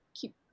keep